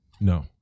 No